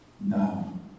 No